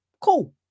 Cool